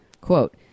Quote